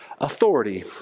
authority